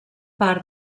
part